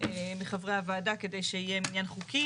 מחברי הוועדה כדי שיהיה מניין חוקי.